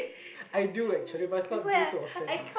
I do actually but it's not due to offense